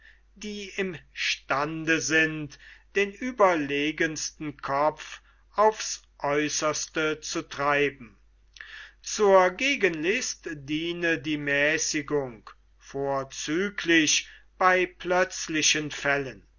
die im stande sind den überlegensten kopf aufs aeußerste zu treiben zur gegenlist diene die mäßigung vorzüglich bei plötzlichen fällen